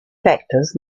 factors